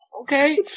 Okay